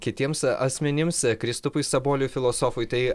kitiems asmenims kristupui saboliui filosofui tai